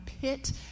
pit